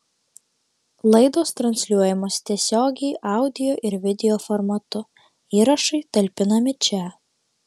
laidos transliuojamos tiesiogiai audio ir video formatu įrašai talpinami čia